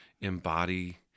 embody